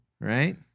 Right